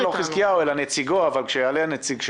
לא חזקיהו אלא נציגו, אבל כשיעלה הנציג שלו,